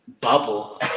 bubble